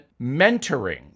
mentoring